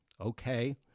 Okay